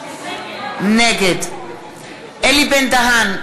נגד אלי בן-דהן,